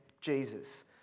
Jesus